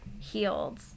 healed